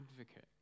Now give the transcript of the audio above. advocate